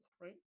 right